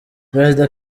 perezida